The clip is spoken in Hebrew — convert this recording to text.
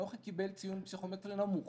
אנוכי קיבל ציון פסיכומטרי נמוך